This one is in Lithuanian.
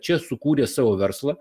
čia sukūrė savo verslą